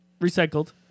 recycled